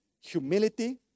humility